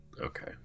Okay